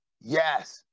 Yes